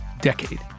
decade